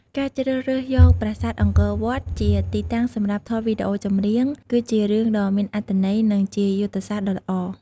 ការជ្រើសរើសយកប្រាសាទអង្គរវត្តជាទីតាំងសម្រាប់ថតវីដេអូចម្រៀង គឺជារឿងដ៏មានអត្ថន័យ និងជាយុទ្ធសាស្ត្រដ៏ល្អ។